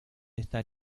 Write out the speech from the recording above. estar